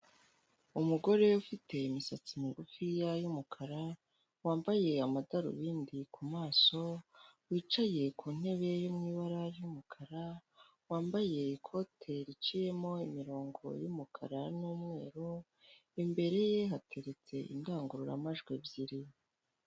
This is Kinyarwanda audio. Umugore ufite imisatsi migufiya y'umukara, wambaye amadarubindi ku maso, wicaye ku ntebe yo mu ibara ry'umukara, wambaye ikote riciyemo imirongo y'umukara n'umweru, imbere ye hateretse indangururamajwi ebyiri.